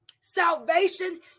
Salvation